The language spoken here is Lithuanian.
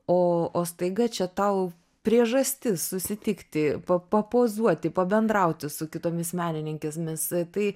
o o staiga čia tau priežastis susitikti pa papozuoti pabendrauti su kitomis menininkės mis tai